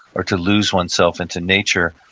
or to lose oneself into nature,